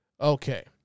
Okay